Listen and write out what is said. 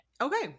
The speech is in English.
okay